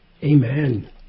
Amen